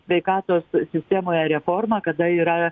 sveikatos sistemoje reforma kada yra